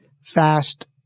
fast